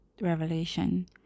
Revelation